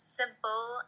simple